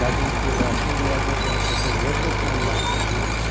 दा जोंफोरासो गैया गथ' गथायखौ जेबो खालामनो हायासै जोङो